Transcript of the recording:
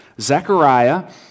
Zechariah